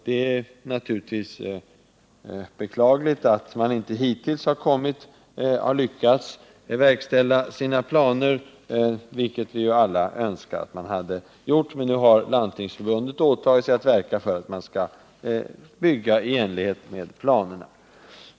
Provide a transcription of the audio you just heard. Det är naturligtvis beklagligt att man inte hittills har lyckats verkställa sina planer, vilket vi ju alla önskar att man hade gjort. Men nu har Landstingsförbundet åtagit sig att verka för att man skall bygga i enlighet med planerna.